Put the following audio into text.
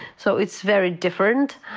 so it's very different.